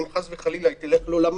אם חס וחלילה היא תלך לעולמה,